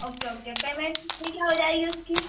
okay okay payment कितनी क्या हो जाएगी उसकी